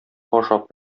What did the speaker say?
ашап